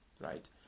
Right